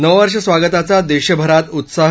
नववर्ष स्वागताचा देशभरात उत्साह